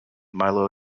milo